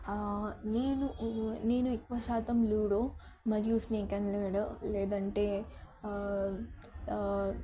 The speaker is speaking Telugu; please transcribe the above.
నేను నేను ఎక్కువ శాతం లూడో మరియు స్నేక్ అండ్ ల్యాడర్ లేదంటే